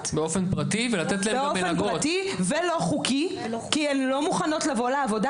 באופן פרטי ולא חוקי כי הן לא מוכנות לבוא לעבודה?